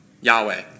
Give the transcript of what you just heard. Yahweh